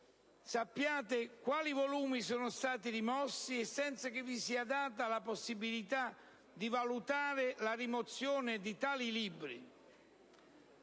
sappiate quali volumi sono stati rimossi e senza che vi sia data la possibilità di valutare la rimozione di tali libri.